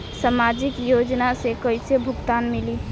सामाजिक योजना से कइसे भुगतान मिली?